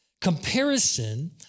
Comparison